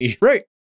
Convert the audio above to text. Right